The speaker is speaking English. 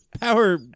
power